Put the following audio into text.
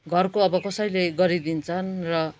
घरको अब कसैले गरिदिन्छन् र